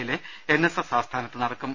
ന്നയിലെ N S S ആസ്ഥാനത്ത് നടക്കും